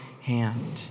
hand